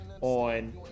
on